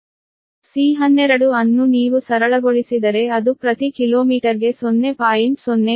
ಆದ್ದರಿಂದ C12 ಅನ್ನು ನೀವು ಸರಳಗೊಳಿಸಿದರೆ ಅದು ಪ್ರತಿ ಕಿಲೋಮೀಟರ್ಗೆ 0